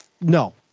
No